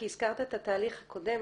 הזכרת את התהליך הקודם,